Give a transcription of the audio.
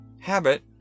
Habit